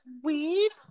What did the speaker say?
sweet